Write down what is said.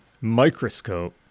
microscope